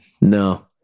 No